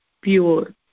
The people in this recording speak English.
pure